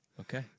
Okay